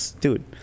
Dude